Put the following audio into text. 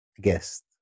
Guest